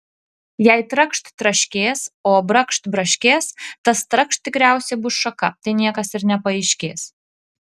jei trakšt traškės o brakšt braškės tas trakšt tikriausiai bus šaka tai niekas ir nepaaiškės